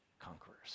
conquerors